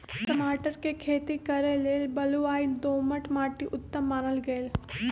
टमाटर कें खेती करे लेल बलुआइ दोमट माटि उत्तम मानल गेल